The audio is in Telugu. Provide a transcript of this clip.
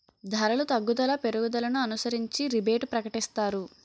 ధరలు తగ్గుదల పెరుగుదలను అనుసరించి రిబేటు ప్రకటిస్తారు